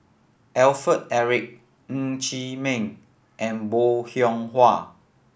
Alfred Eric Ng Chee Meng and Bong Hiong Hwa